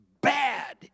bad